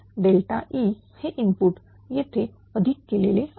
E हे input येथे अधिक केले आहे